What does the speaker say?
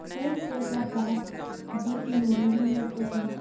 कईल कोलकातार जूत मुई मगरमच्छ दखनू